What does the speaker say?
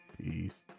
Peace